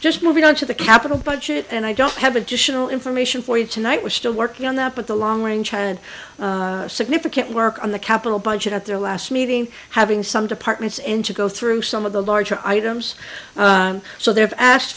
just moving on to the capital budget and i don't have additional information for you tonight we're still working on that but the long range and significant work on the capital budget at their last meeting having some departments and to go through some of the larger items so they've asked